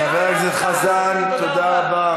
חבר הכנסת חזן, תודה רבה.